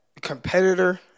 competitor